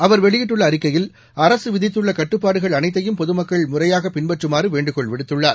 அவர் வெளியிட்டுள்ள அறிக்கையில் அரசு விதித்துள்ள கட்டுப்பாடுகள் அனைத்தையும் பொதுமக்கள் முறையாக பின்பற்றுமாறு வேண்டுகோள் விடுத்துள்ளார்